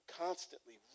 constantly